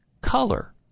color